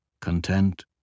content